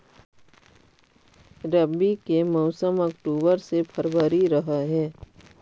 रब्बी के मौसम अक्टूबर से फ़रवरी रह हे